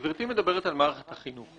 גברתי מדברת על מערכת החינוך,